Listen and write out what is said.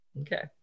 Okay